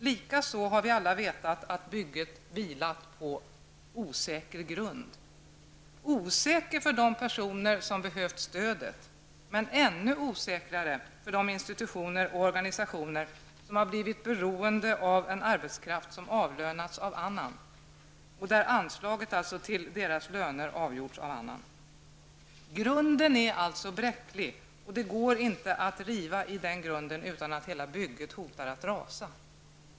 Likaså har vi alla vetat att bygget vilat på osäker grund, osäker för de personer som har behövt stödet men ännu osäkrare för de institutioner och organisationer, som blivit beroende av en arbetskraft som avlönats av annan och där anslaget till deras löner avgjorts av annan. Grunden är alltså bräcklig, och det går inte att riva i den grunden utan att hela bygget hotar att rasa.